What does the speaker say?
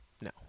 No